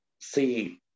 see